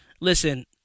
listen